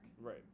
Right